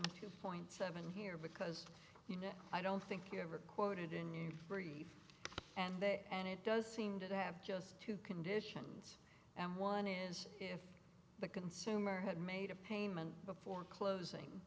two point seven here because you know i don't think you ever quoted in you and they and it does seem to have just two conditions and one is if the consumer had made a payment before closing